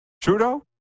Trudeau